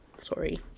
sorry